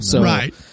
Right